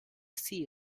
see